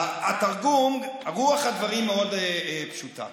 רוח הדברים מאוד פשוטה.